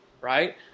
right